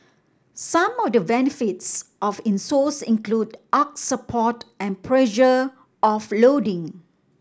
some of the benefits of insoles include arch support and pressure offloading